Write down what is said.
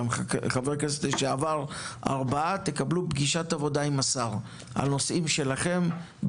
גם חברי כנסת לשעבר ארבעה תקבלו פגישת עבודה עם השר עם נושאים שלכם,